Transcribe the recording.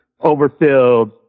overfilled